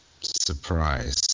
surprise